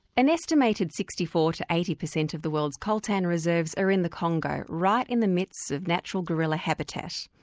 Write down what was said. an estimated sixty four percent to eighty percent of the world's coltan reserves are in the congo, right in the midst of natural gorilla habitat.